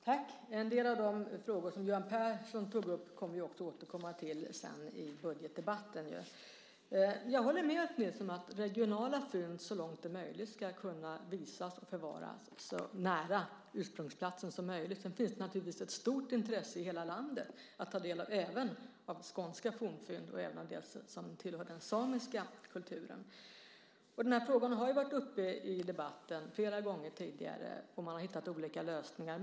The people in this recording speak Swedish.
Herr talman! En del av de frågor som Göran Persson i Simrishamn tog upp kommer vi att återkomma till i budgetdebatten. Jag håller med Ulf Nilsson om att regionala fynd så långt det är möjligt ska kunna visas och förvaras så nära ursprungsplatsen som möjligt. Sedan finns det naturligtvis ett stort intresse i hela landet av att ta del även av skånska fornfynd liksom av det som tillhör den samiska kulturen. Den här frågan har ju varit uppe i debatten flera gånger tidigare och man har hittat olika lösningar.